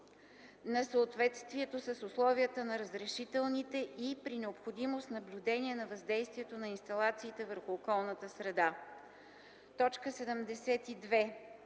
на съответствието с условията на разрешителните и, при необходимост, наблюдение на въздействието на инсталациите върху околната среда. 72.